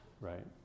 right